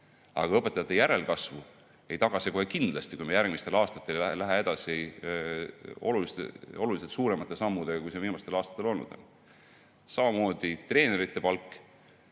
Aga õpetajate järelkasvu ei taga see kohe kindlasti, kui me järgmistel aastatel ei lähe edasi oluliselt suuremate sammudega, kui need on viimastel aastatel olnud. Samamoodi treenerite palk,